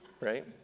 right